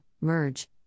merge